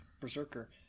Berserker